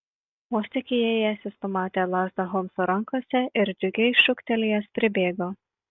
vos tik įėjęs jis pamatė lazdą holmso rankose ir džiugiai šūktelėjęs pribėgo